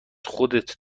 خودت